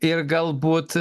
ir galbūt